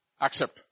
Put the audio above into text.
Accept